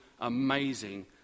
amazing